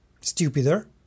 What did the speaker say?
stupider